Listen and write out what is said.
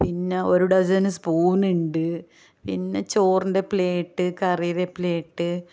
പിന്നെ ഒരു ഡസൻ സ്പൂണുണ്ട് പിന്നെ ചോറിൻ്റെ പ്ലേറ്റ് കറീൻ്റെ പ്ലേറ്റ്